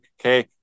okay